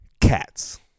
Cats